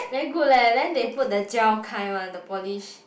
very good leh then they put the gel kind one the polish